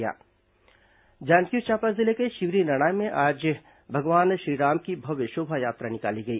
जांजगीर चांपा जिले के शिवरीनारायण में आज भगवान श्रीराम की भव्य शोभायात्रा निकाली गई